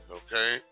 okay